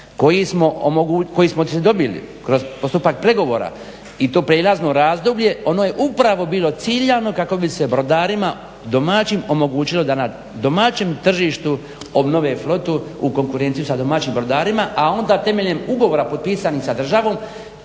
koji smo dobili kroz postupak pregovora i to prijelazno razdoblje ono je upravo bilo ciljano kako bi se brodarima domaćim omogućilo da na domaćem tržištu obnove flotu u konkurenciji sa domaćim brodarima. A onda temeljem ugovora potpisani sa državom